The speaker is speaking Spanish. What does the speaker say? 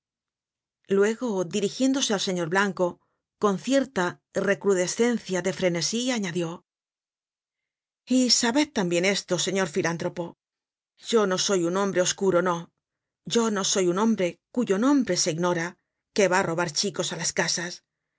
luego dirigiéndose al señor blanco con cierta recrudescencia de frenesí añadió y sabed tambien esto señor filántropo yo no soy un hombre oscuro no yo no soy un hombre cuyo nombre se ignora que va á robar chicos á las casas